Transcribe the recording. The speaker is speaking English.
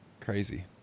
Crazy